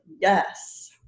yes